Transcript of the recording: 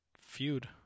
feud